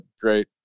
great